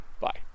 Bye